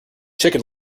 chicken